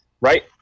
Right